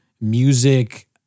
music